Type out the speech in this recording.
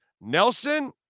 Nelson